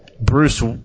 Bruce